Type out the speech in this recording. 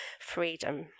freedom